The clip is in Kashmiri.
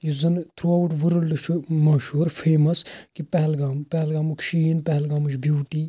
یُس زَن تھرٛو آوٗٹ ورلڈٕ چھُ مشہوٗر فیمس کہِ پہلگام پہلگامُک شیٖن پہلگامٕچۍ بیٛوٗٹی